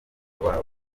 babo